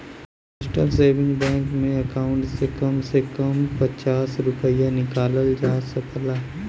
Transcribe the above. postal saving bank में account से कम से कम हे पचास रूपया निकालल जा सकता